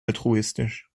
altruistisch